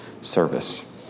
service